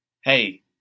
hey